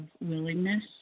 willingness